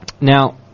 Now